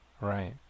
right